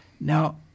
Now